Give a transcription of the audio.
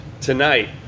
tonight